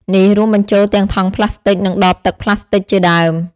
នេះរួមបញ្ចូលទាំងថង់ប្លាស្ទិក និងដបទឹកប្លាស្ទិកជាដើម។